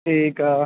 ਠੀਕ ਆ